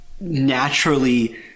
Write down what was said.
naturally